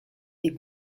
des